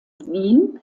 wien